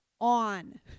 on